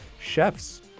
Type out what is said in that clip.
chefs